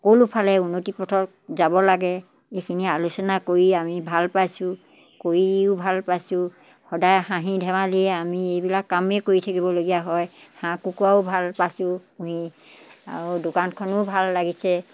সকলোফালে উন্নতিৰ পথত যাব লাগে এইখিনি আলোচনা কৰি আমি ভাল পাইছোঁ কৰিও ভাল পাইছোঁ সদায় হাঁহি ধেমালিৰে আমি এইবিলাক কামেই কৰি থাকিবলগীয়া হয় হাঁহ কুকুৰাও ভাল পাইছোঁ পুহি আৰু দোকানখনো ভাল লাগিছে